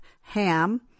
Ham